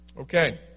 Okay